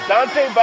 Dante